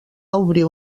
obrir